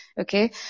okay